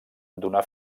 donà